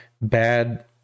bad